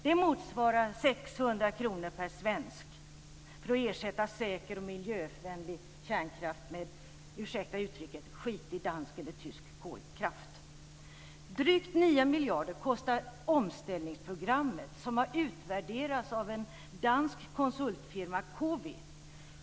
Det motsvarar 600 kr per svensk för att ersätta säker miljövänlig kärnkraft med - ursäkta uttrycket - skitig dansk eller tysk kolkraft. Drygt 9 miljarder kostar omställningsprogrammet som har utvärderats av en dansk konsultfirma, Cowi.